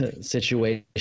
situation